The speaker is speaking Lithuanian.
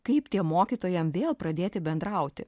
kaip tiem mokytojam vėl pradėti bendrauti